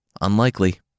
Unlikely